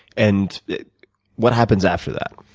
and what happens after that?